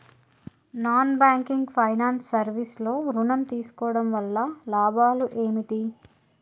Non banking finance service లో ఋణం తీసుకోవడం వల్ల లాభాలు ఏమిటి?